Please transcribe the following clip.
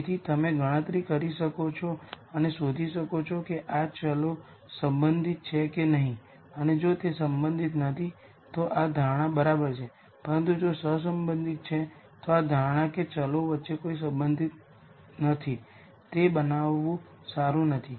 તેથી તમે ગણતરી કરી શકો છો અને શોધી શકો છો કે આ વેરીએબલ્સ સબંધિત છે કે નહીં અને જો તે સહસંબંધિત નથી તો આ ધારણા બરાબર છે પરંતુ જો તે સહસંબંધિત છે તો આ ધારણા કે વેરીએબલ્સ વચ્ચે કોઈ સંબંધ નથી તે બનાવવું સારું નથી